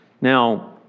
Now